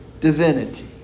divinity